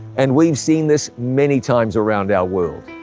and we've seen this many times around our world.